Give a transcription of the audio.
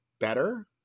Better